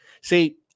See